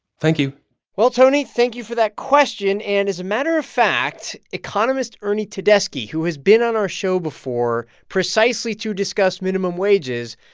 thank you well, tony, thank you for that question. and as a matter of fact, economist ernie tedeschi, who has been on our show before precisely to discuss minimum wages,